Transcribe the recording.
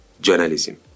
journalism